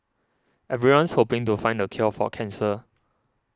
everyone's hoping to find the cure for cancer